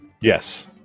Yes